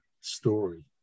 story